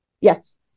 Yes